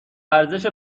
ارزش